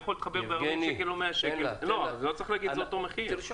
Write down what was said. לכן לא צריך לומר שזה אותו מחיר.